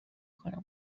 کنم